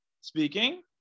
speaking